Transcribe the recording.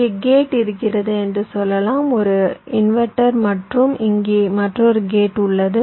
இங்கே கேட் இருக்கிறது என்று சொல்லலாம் ஒரு இன்வெர்ட்டர் மற்றும் இங்கே மற்றொரு கேட் உள்ளது